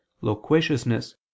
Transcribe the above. loquaciousness